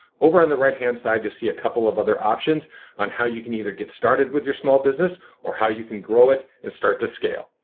over on the right hand side you see a couple of other options on how you can either get started with your small business or how you can grow it and start to scale.